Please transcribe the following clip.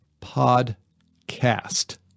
PODCAST